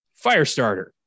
Firestarter